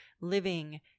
living